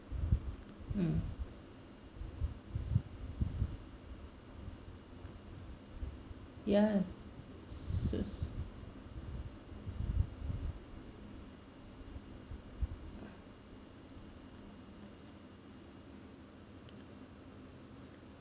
um yes so is